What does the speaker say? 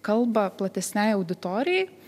kalba platesnei auditorijai